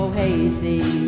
hazy